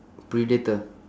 predator